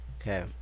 Okay